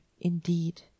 indeed